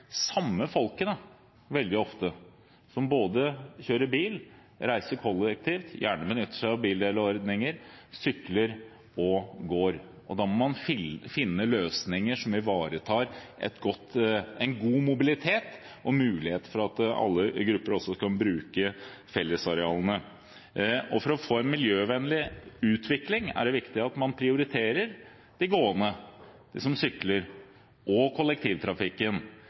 samme folkene som både kjører bil, reiser kollektivt – gjerne benytter seg av bildelingsordninger – sykler og går. Da må man finne løsninger som ivaretar en god mobilitet og mulighet for at alle grupper også kan bruke fellesarealene. For å få en miljøvennlig utvikling er det viktig at man prioriterer de gående, de som sykler og kollektivtrafikken,